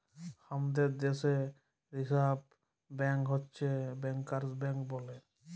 হামাদের দ্যাশে reserve bank হচ্ছ ব্যাংকার্স ব্যাঙ্ক বলে